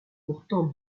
pourtant